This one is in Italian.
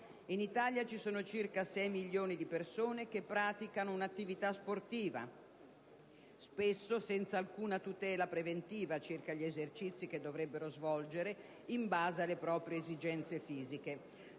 In Italia ci sono circa sei milioni di persone che praticano un'attività sportiva, spesso senza alcuna tutela preventiva circa gli esercizi che dovrebbero svolgere in base alle proprie esigenze fisiche.